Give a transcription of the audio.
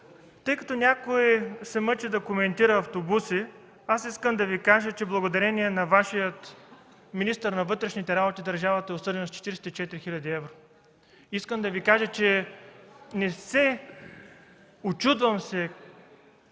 тъй като някой се мъчи да коментира автобуси, искам да кажа, че благодарение на Вашия министър на вътрешните работи държавата е осъдена с 44 хил. евро. (Шум и реплики от ГЕРБ.) Учудвам се